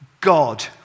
God